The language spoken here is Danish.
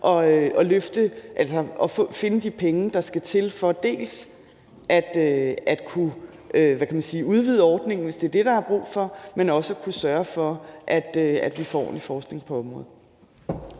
at finde de penge, der skal til, for dels at kunne udvide ordningen, hvis det er det, der er brug for, dels at kunne sørge for, at vi får ordentlig forskning på området.